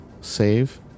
save